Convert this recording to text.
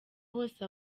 hose